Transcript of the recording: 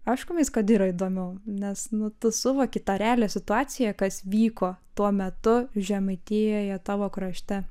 aišku vis yra įdomiau nes nu tu suvoki tą realią situaciją kas vyko tuo metu žemaitijoje tavo krašte